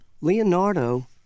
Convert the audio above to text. Leonardo